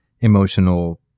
emotional